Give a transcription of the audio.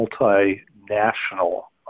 multi-national